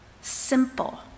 Simple